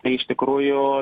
tai iš tikrųjų